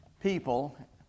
people